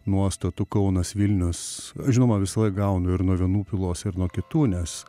nuostatų kaunas vilnius žinoma visąlaik gaunu ir nuo vienų pylos ir nuo kitų nes